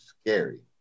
scary